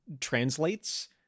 translates